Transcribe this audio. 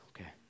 Okay